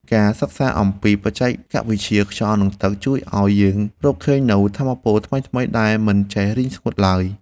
ការសិក្សាអំពីបច្ចេកវិទ្យាខ្យល់និងទឹក ជួយឱ្យយើងរកឃើញប្រភពថាមពលថ្មីៗដែលមិនចេះរីងស្ងួតឡើយ។